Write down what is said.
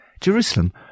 Jerusalem